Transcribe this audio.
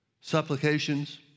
Supplications